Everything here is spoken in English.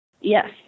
Yes